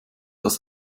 das